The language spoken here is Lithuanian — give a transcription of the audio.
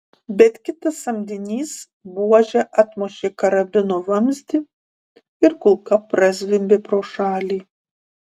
bet kitas samdinys buože atmušė karabino vamzdį ir kulka prazvimbė pro šalį